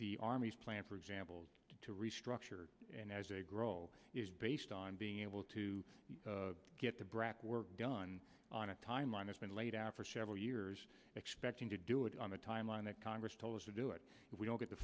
the army's plan for example to restructure and as they grow is based on being able to get the brac work done on a timeline has been laid out for several years expecting to do it on a timeline that congress told us to do it we don't get the